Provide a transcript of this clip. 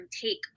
take